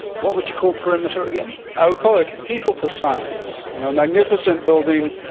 what would you call perimeter again? i would call it a cathedral to science. you know a magnificent building,